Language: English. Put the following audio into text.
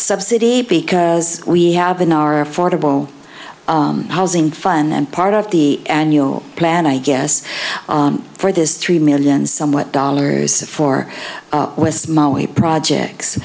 subsidy because we have in our affordable housing fund then part of the annual plan i guess for this three million somewhat dollars for west maui projects